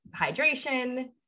hydration